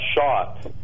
shot